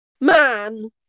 man